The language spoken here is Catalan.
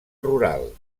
rural